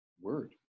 word